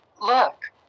Look